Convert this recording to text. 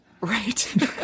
Right